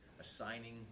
assigning